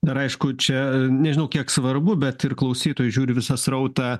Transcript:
dar aišku čia nežinau kiek svarbu bet ir klausytojai žiūri visą srautą